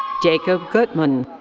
jacob gutmann.